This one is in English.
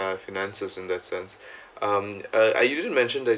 our finances in that sense um uh I remember you mentioned that um